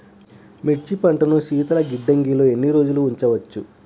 మిర్చి పంటను శీతల గిడ్డంగిలో ఎన్ని రోజులు ఉంచవచ్చు?